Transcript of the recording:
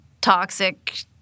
Toxic